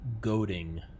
goading